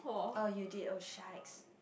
oh you did oh shikes